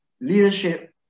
leadership